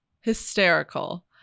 hysterical